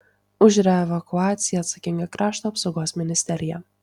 už reevakuaciją atsakinga krašto apsaugos ministerija